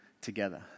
together